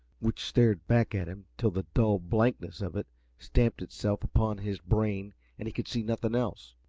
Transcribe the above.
which stared back at him till the dull blankness of it stamped itself upon his brain and he could see nothing else,